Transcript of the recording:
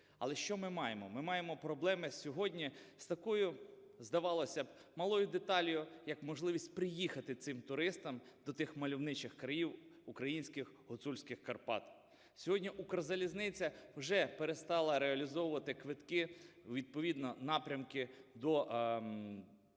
Але що ми маємо? Ми маємо проблеми сьогодні з такою, здавалося б, малою деталлю, як можливість приїхати цим туристам до тих мальовничих країв - українських гуцульських Карпат. Сьогодні "Укрзалізниця" вже перестала реалізовувати квитки, відповідно напрямки до